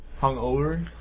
hungover